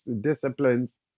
disciplines